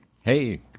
Hey